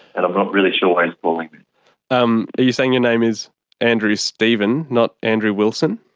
and i'm not really sure why he's calling me. um are you saying your name is andrew stevens, not andrew wilson?